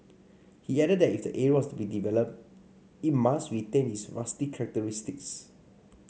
he added that if the area was to be developed it must retain its rustic characteristics